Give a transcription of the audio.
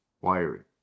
wiring